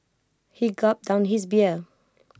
he gulped down his beer